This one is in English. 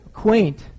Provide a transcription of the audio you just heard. Quaint